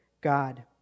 God